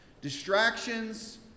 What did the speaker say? Distractions